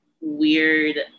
weird